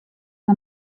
que